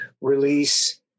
release